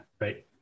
right